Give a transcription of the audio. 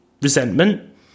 resentment